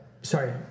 sorry